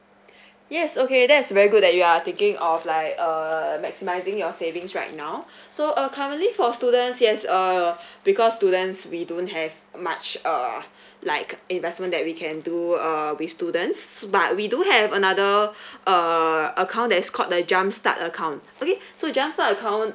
yes okay that's very good that you are thinking of like err maximizing your savings right now so uh currently for students yes uh because students we don't have much uh like investment that we can do uh with students but we do have another err account that is called the jump start account okay so jump start account